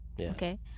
okay